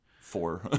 four